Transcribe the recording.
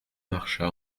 marcha